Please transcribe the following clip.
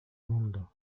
mundo